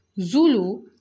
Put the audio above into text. Zulu